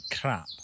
crap